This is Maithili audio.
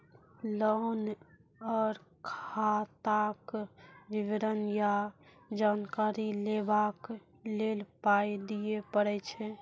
लोन आर खाताक विवरण या जानकारी लेबाक लेल पाय दिये पड़ै छै?